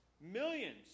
Millions